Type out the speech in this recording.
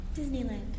Disneyland